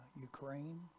Ukraine